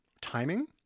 timing